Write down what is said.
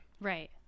Right